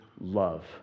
love